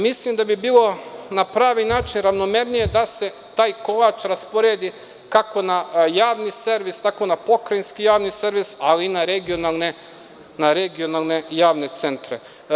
Mislim da bi bilo na pravi način ravnomernije da se taj kolač rasporedi kako na javni servis, tako na pokrajinski javni servis, ali i na regionalne javne centre.